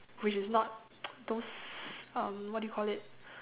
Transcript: which is not those um what do you call it